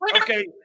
Okay